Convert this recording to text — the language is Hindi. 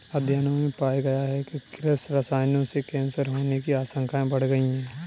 अध्ययनों में पाया गया है कि कृषि रसायनों से कैंसर होने की आशंकाएं बढ़ गई